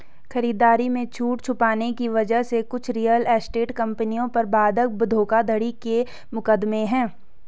खरीदारी में छूट छुपाने की वजह से कुछ रियल एस्टेट कंपनियों पर बंधक धोखाधड़ी के मुकदमे हैं